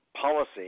policy